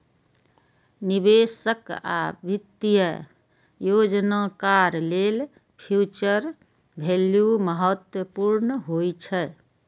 निवेशक आ वित्तीय योजनाकार लेल फ्यूचर वैल्यू महत्वपूर्ण होइ छै